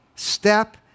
Step